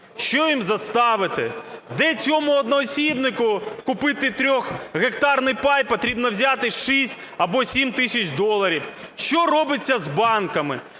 Що їм заставити? Де цьому одноосібнику купити 3-гектарний пай? Потрібно взяти 6 або 7 тисяч доларів. Що робиться з банками?